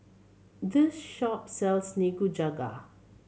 this shop sells Nikujaga